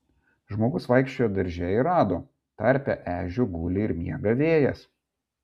žmogus vaikščiojo darže ir rado tarpe ežių guli ir miega vėjas